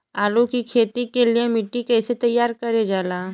आलू की खेती के लिए मिट्टी कैसे तैयार करें जाला?